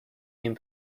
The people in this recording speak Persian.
این